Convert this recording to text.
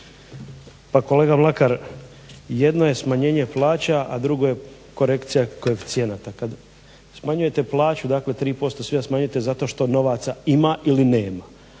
Pa kolega Mlakar jedno je smanjenje plaća, a drugo je korekcija koeficijenata. Kada smanjujete plaću 3% svima smanjujete zato što novaca ima ili nema,